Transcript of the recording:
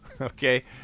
okay